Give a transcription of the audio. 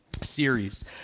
series